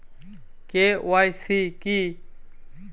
KYC কি?